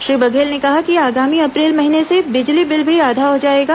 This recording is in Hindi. श्री बघेल ने कहा कि आगामी अप्रैल महीने से बिजली बिल भी आधा हो जाएगा